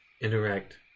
Interact